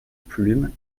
plumes